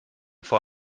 vor